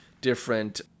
different